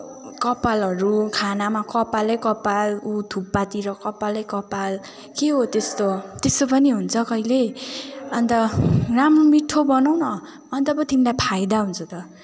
कपालहरू खानामा कपालै कपाल उ थुक्पातिर कपालै कपाल के हो त्यस्तो त्यस्तो पनि हुन्छ कहिले अन्त राम्रो मिठो बनाउन अन्त पो तिमीलाई फाइदा हुन्छ त